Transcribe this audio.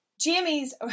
Jamie's